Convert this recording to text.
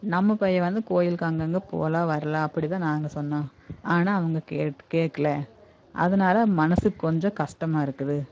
நம்ம பையன் வந்து கோயில்க்கு அங்கே அங்கே போகலாம் வரலாம் அப்படி தான் நாங்கள் சொன்னோம் ஆனால் அவங்க கேட் கேட்கல அதனால மனசுக்கு கொஞ்சம் கஷ்டமா இருக்குது